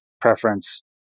preference